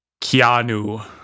Keanu